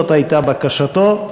זאת הייתה בקשתו.